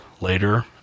later